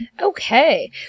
Okay